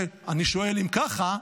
אני שואל: אם ככה,